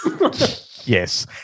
Yes